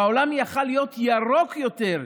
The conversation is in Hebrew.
והעולם יכול להיות ירוק יותר.